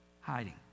Hiding